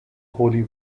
holy